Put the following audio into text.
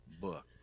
book